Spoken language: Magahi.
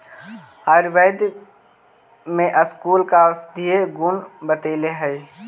आयुर्वेद में स्कूल का औषधीय गुण बतईले हई